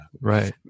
Right